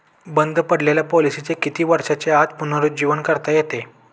बंद पडलेल्या पॉलिसीचे किती वर्षांच्या आत पुनरुज्जीवन करता येते?